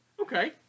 Okay